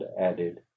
added